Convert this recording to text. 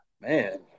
man